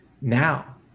now